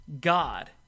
God